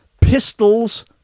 Pistol's